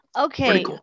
Okay